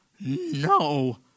No